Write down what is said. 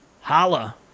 Holla